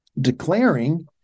declaring